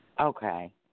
Okay